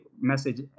message